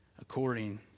according